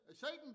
Satan